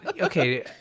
okay